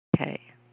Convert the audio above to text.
Okay